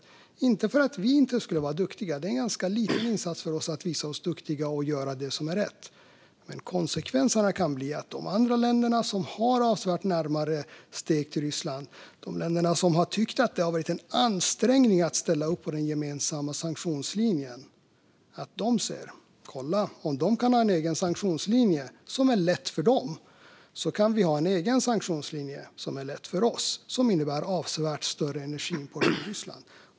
Det handlar inte om att vi inte ska vara duktiga - det är en ganska liten insats för oss att visa oss duktiga och göra det som är rätt. Men konsekvensen kan bli att de länder som har avsevärt närmare kopplingar till Ryssland och som har tyckt att det har varit en ansträngning att ställa upp på den gemensamma sanktionslinjen säger: Kolla - om de kan ha en egen sanktionslinje som är lätt för dem kan vi ha en egen sanktionslinje som är lätt för oss och som innebär avsevärt större energiimport från Ryssland.